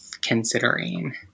considering